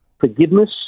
forgiveness